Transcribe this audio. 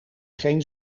geen